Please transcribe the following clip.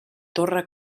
torre